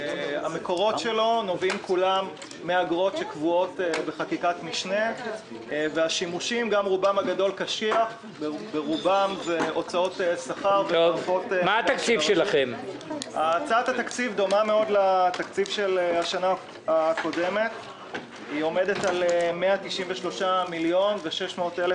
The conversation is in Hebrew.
ערך לשנת 2020. מי מציג את הצעת התקציב?